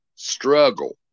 struggle